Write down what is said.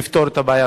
לפתור את הבעיה.